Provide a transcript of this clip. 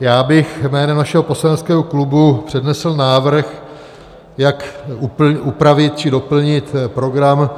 Já bych jménem našeho poslaneckého klubu přednesl návrh, jak upravit či doplnit program